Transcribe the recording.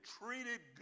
treated